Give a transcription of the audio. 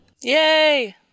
Yay